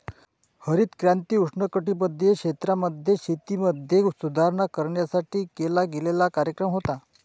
हरित क्रांती उष्णकटिबंधीय क्षेत्रांमध्ये, शेतीमध्ये सुधारणा करण्यासाठी केला गेलेला कार्यक्रम होता